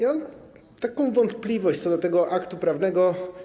Mam taką wątpliwość co do tego aktu prawnego.